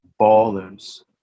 ballers